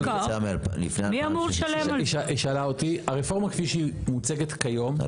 מי אמור לשלם על זה?